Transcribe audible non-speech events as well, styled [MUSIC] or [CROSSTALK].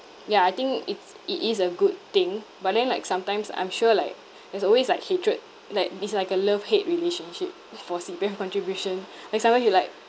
ya I think it's it is a good thing but then like sometimes I'm sure like there's always like hatred like it's like a love hate relationship [LAUGHS] for C_P_F contribution like sometimes you like